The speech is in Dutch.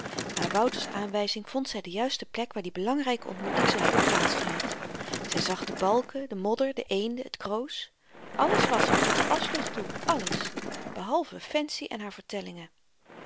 naar wouters aanwyzing vond zy de juiste plek waar die belangryke ontmoeting zou hebben plaats gehad zy zag de balken den modder de eenden het kroos alles was er tot de aschlucht toe alles behalve fancy en haar vertellingen